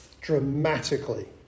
dramatically